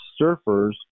surfers